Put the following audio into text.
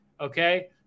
okay